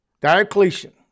Diocletian